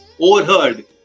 overheard